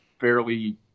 fairly